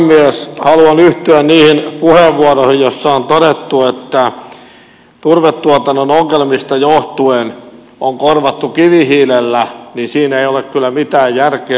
haluan yhtyä niihin puheenvuoroihin joissa on todettu että turvetuotannon ongelmista johtuen turvetta on korvattu kivihiilellä että siinä ei ole kyllä mitään järkeä